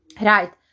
Right